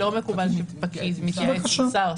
לא מתאים שפקיד מתייעץ עם שר.